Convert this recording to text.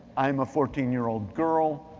i'm a fourteen year old girl,